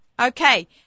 Okay